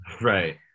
Right